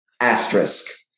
Asterisk